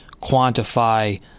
quantify